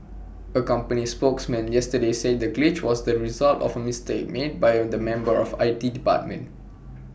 A company spokesman yesterday said the glitch was the result of A mistake made by A the member of I T department